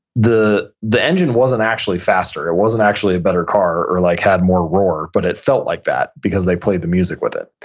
the the engine wasn't actually faster, it wasn't actually a better car, or like had more roar, but it felt like that because they played the music with it.